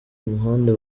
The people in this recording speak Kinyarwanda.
muhanda